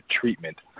treatment